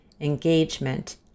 engagement